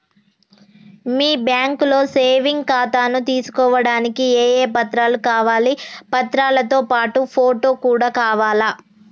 మీ బ్యాంకులో సేవింగ్ ఖాతాను తీసుకోవడానికి ఏ ఏ పత్రాలు కావాలి పత్రాలతో పాటు ఫోటో కూడా కావాలా?